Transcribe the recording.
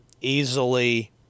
easily